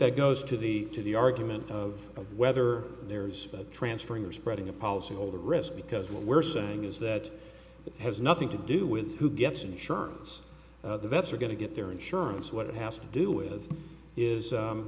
that goes to the to the argument of whether there's a transferring or spreading a policyholder risk because what we're saying is that it has nothing to do with who gets insurance the vets are going to get their insurance what it has to do with is